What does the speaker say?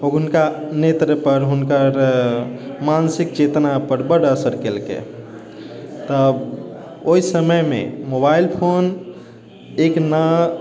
हुनका नेत्र पर हुनकर मानसिक चेतना पर बड असर केलकै तब ओहि समय मे मोबाइल फोन एक ना